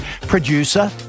Producer